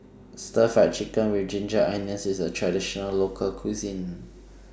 Stir Fried Chicken with Ginger Onions IS A Traditional Local Cuisine